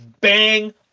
Bang